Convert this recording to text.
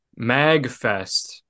Magfest